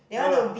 no lah